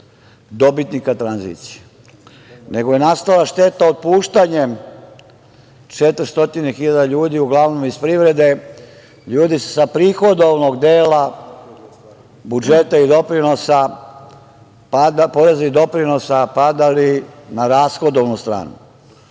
Dobitnika tranzicije, nego je nastala šteta otpuštanjem 400 hiljada ljudi, uglavnom iz privrede, ljudi sa prihodovanog dela budžeta i doprinosa, poreza i doprinosa, padali na rashodovanu